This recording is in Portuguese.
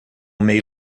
meio